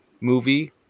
movie